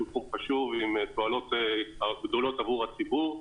תחום חשוב עם תועלות גדולות עבור הציבור,